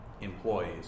employees